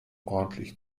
ordentlich